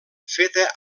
feta